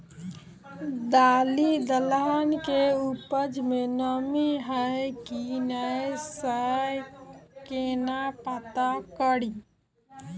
दालि दलहन केँ उपज मे नमी हय की नै सँ केना पत्ता कड़ी?